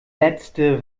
letzte